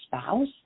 spouse